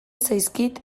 zaizkit